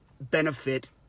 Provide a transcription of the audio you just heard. benefit